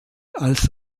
als